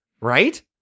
Right